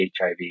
hiv